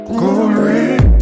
glory